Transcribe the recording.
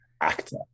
actor